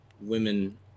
women